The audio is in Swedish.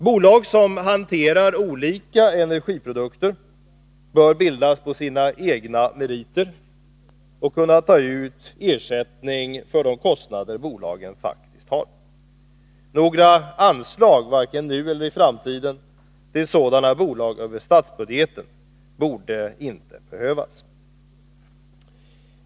Bolag som hanterar olika energiprodukter bör bildas på sina egna meriter och kunna ta ut ersättning för de kostnader bolagen faktiskt har. Några anslag över statsbudgeten till sådana bolag borde inte behövas, vare sig nu eller i framtiden.